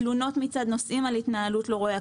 תלונות מצד נוסעים על התנהלות לא ראויה,